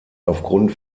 aufgrund